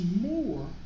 more